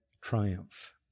triumph